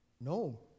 No